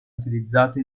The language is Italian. utilizzato